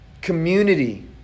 Community